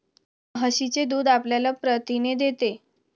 म्हशीचे दूध आपल्याला प्रथिने देते